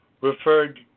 referred